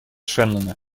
шеннона